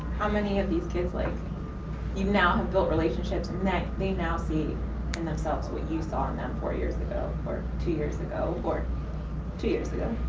how many of these kids like you now have built relationships, and now i mean now see in themselves what you saw in them four years ago, or two years ago, or two years ago. yeah,